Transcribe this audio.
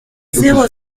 zéro